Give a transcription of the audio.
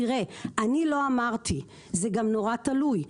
תראה, אני לא אמרתי, זה גם נורא תלוי.